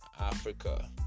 Africa